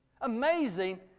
Amazing